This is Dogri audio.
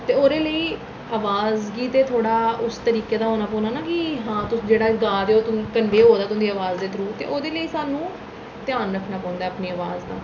ते ओह्दे लेई अवाज गी ते थोह्ड़ा उस तरीके दा होना पौना ना कि हां तुस जेह्ड़ा गा दे ओह् जेह्ड़ा होऐ दा तुं'दी अवाज थ्रू ओ ते ओह्दे लेई स्हान्नूं ध्यान रक्खना पौंदा ऐ अपनी अवाज दा